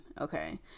Okay